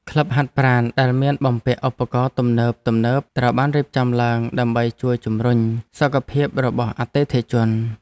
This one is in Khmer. ក្លឹបហាត់ប្រាណដែលមានបំពាក់ឧបករណ៍ទំនើបៗត្រូវបានរៀបចំឡើងដើម្បីជួយជម្រុញសុខភាពរបស់អតិថិជន។